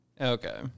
Okay